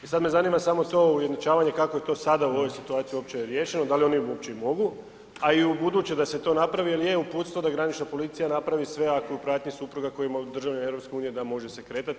E sad me zanima samo to ujednačavanje kako je to sada u ovoj situaciji uopće riješeno, da li oni uopće mogu, a i ubuduće da se to napravi jel je uputstvo da granična policija napravi sve ako je u pratnji supruga koji ima, državljanin EU, da može se kretati.